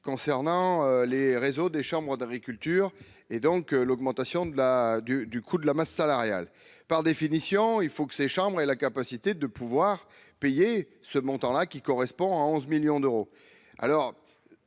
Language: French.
concernant les réseaux des chambres d'agriculture et donc l'augmentation de la du, du coût de la masse salariale, par définition, il faut que ces chambres et la capacité de pouvoir payer ce montant là qui correspond à 11 millions d'euros,